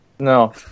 No